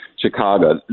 Chicago